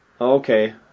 Okay